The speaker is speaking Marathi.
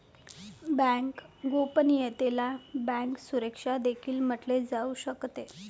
बँक गोपनीयतेला बँक सुरक्षा देखील म्हटले जाऊ शकते